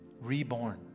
Reborn